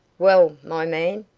well, my man?